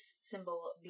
symbol